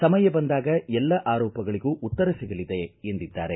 ಸಮಯ ಬಂದಾಗ ಎಲ್ಲ ಆರೋಪಗಳಿಗೂ ಉತ್ತರ ಸಿಗಲಿದೆ ಎಂದಿದ್ದಾರೆ